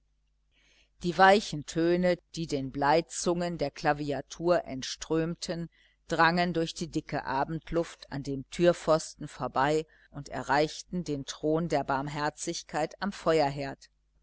die weichen töne die den bleizungen der klaviatur entströmten drangen durch die dicke abendluft an dem türpfosten vorbei und erreichten den thron der barmherzigkeit am feuerherd